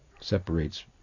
separates